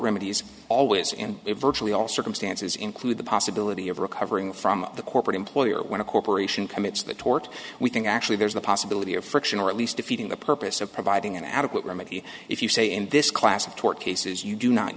remedies always in virtually all circumstances include the possibility of recovering from the corporate employer when a corporation commits the tort we think actually there's the possibility of friction or at least defeating the purpose of providing an adequate remedy if you say in this class of tort cases you do not